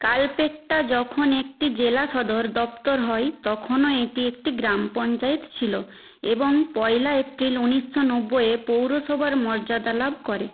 কালপেট্টা যখন একটি জেলা সদর দপ্তর হয় তখনও এটি একটি গ্রাম পঞ্চায়েত ছিল এবং পয়লা এপ্রিল ঊনিশশো নব্বইয়ে পৌরসভার মর্যাদা লাভ করে